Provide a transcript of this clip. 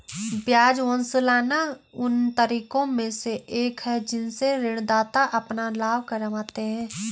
ब्याज वसूलना उन तरीकों में से एक है जिनसे ऋणदाता अपना लाभ कमाते हैं